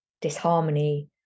disharmony